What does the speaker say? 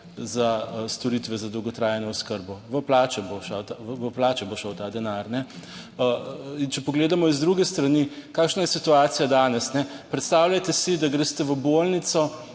za storitve za dolgotrajno oskrbo. v plače bo, v plače bo šel ta denar. In če pogledamo z druge strani, kakšna je situacija danes. Predstavljajte si, da greste v bolnico